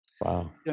Wow